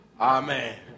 Amen